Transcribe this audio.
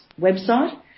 website